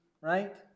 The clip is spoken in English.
right